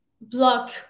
block